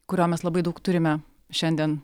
kurio mes labai daug turime šiandien